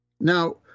Now